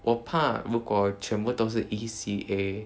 我怕如果全部都是 E_C_A